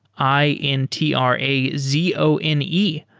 i n t r a z o n e.